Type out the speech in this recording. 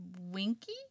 Winky